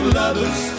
lovers